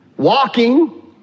Walking